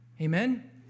Amen